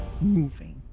moving